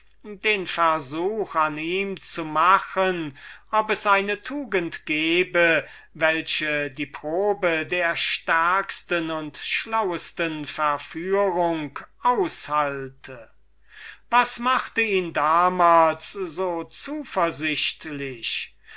den versuch an ihm zu machen ob es eine tugend gebe welche die probe der stärksten und schlauesten verführung aushalte was machte ihn damals so zuversichtlich